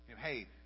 Hey